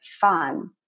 fun